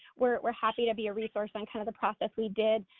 we're happy to be a resource on kind of the process we did,